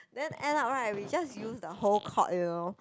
then end up right we just use the whole court you know